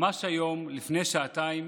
ממש היום לפני שעתיים